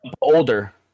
older